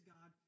God